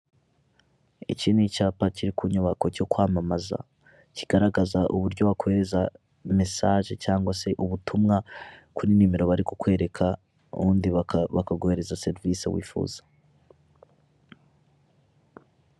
Iki ni icyapa kiri ku nyubako cyo kwamamaza kigaragaza uburyo wakoreza mesaje cyangwa se ubutumwa kuri nimero bari kukwereka undi bakaguhereza serivisi wifuza.